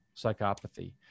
psychopathy